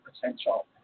potential